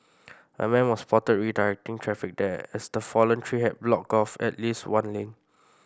a man was spotted redirecting traffic there as the fallen tree had blocked off at least one lane